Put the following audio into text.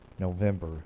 November